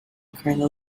colonel